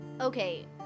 Okay